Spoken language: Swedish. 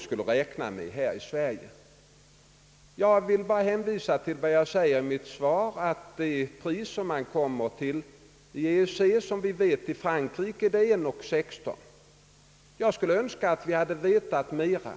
skulle räkna med här i Sverige. Jag vill bara hänvisa till vad jag sagt i mitt svar om det pris som gäller inom EEC. Som vi vet, är det i Frankrike 1 krona och 16 öre. Jag önskar att vi hade vetat mera.